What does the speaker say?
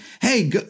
Hey